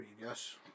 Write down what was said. Yes